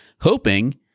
hoping